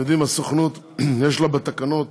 אתם יודעים, הסוכנות, יש לה לפי התקנות